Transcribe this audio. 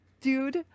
dude